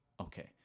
Okay